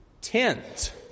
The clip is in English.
tent